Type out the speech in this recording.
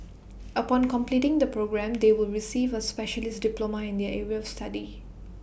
upon completing the programme they will receive A specialist diploma in their area study